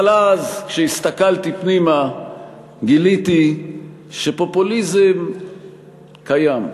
אבל אז כשהסתכלתי פנימה גיליתי שפופוליזם קיים,